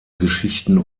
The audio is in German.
geschichten